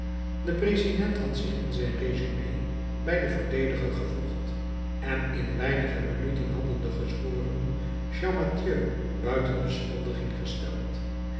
de president had zich in zijn résumé bij den verdediger gevoegd en in weinige minuten hadden de gezworenen champmathieu buiten beschuldiging gesteld